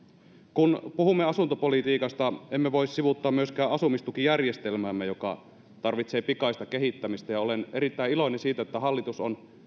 kun puhumme asuntopolitiikasta emme voi sivuuttaa myöskään asumistukijärjestelmäämme joka tarvitsee pikaista kehittämistä ja olen erittäin iloinen siitä että hallitus on